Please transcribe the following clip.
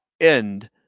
end